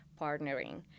partnering